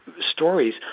stories